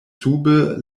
sube